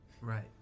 right